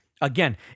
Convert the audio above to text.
Again